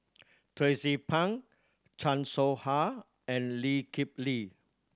Tracie Pang Chan Soh Ha and Lee Kip Lee